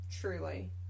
Truly